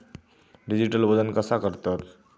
Digital वजन कसा करतत?